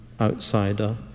outsider